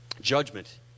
judgment